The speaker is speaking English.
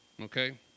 okay